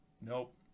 Nope